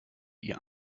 ihr